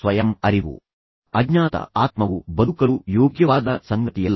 ಈಗ ಸ್ವಯಂ ಅರಿವು ಕೇವಲ ನಿಮ್ಮನ್ನು ನೀವು ತಿಳಿದುಕೊಳ್ಳಬೇಕು ಎಂದು ಹೇಳುವುದು ಅಜ್ಞಾತ ಆತ್ಮವು ಬದುಕಲು ಯೋಗ್ಯವಾದ ಸಂಗತಿಯಲ್ಲ